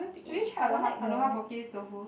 have you tried Aloha Aloha Poke's tofu